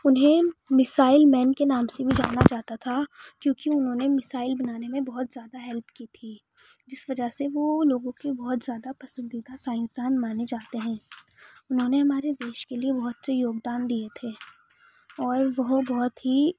انہیں missile man کے نام سے بھی جانا جاتا تھا کیوںکہ انہوں نے میسائل بنانے میں بہت زیادہ ہیلپ کی تھی جس وجہ سے وہ لوگوں کے بہت زیادہ پسندیدہ سائنس دان مانے جاتے ہیں انہوں نے ہمارے دیش کے لیے بہت سے یوگ دان دیئے تھے اور وہ بہت ہی